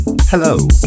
Hello